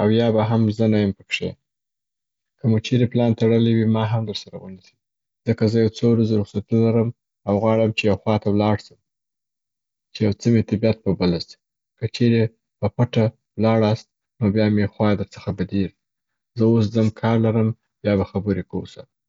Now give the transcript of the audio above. او یا به هم زه نه یم پکښې. که مو چیري پلان تړلی وي، ما هم در سره ونیسي، ځکه زه یو څو ورځي رخصتي لرم او غواړم چې یو خوا ته ولاړ سم چې یو څه مي طبعیت په بله سي. که چیري په پټه ولاړاست نو بیا مي خوا در څخه بدیږي. زه اوس ځم کار لرم، بیا به خبري کو سره.